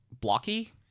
blocky